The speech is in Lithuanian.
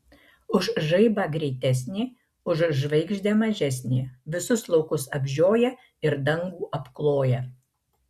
už žaibą greitesnė už žvaigždę mažesnė visus laukus apžioja ir dangų apkloja